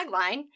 tagline